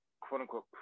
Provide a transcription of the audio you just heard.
quote-unquote